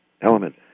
element